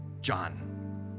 John